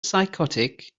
psychotic